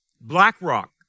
BlackRock